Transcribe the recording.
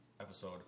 episode